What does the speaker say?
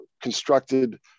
constructed